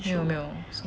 没有没有什么